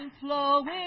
flowing